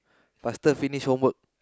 faster finish homework